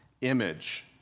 image